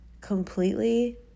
completely